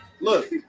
Look